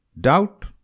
Doubt